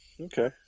Okay